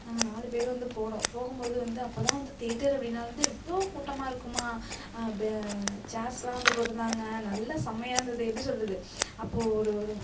நாங்கள் நாலு பேர் வந்து போனோம் போகும்போது வந்து அப்போ தான் வந்து தேட்டரு அப்படின்னா வந்து இவ்வளோ கூட்டமாக இருக்குமா சேர்ஸ்லாம் வந்து போட்டிருந்தாங்க நல்லா செம்மையாக இருந்தது எப்படி சொல்கிறது அப்போது ஒரு ஒரு